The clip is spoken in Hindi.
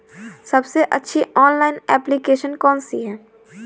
सबसे अच्छी ऑनलाइन एप्लीकेशन कौन सी है?